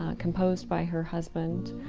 ah composed by her husband,